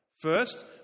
First